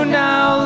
now